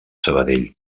sabadell